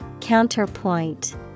Counterpoint